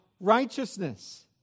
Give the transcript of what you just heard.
righteousness